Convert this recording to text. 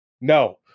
no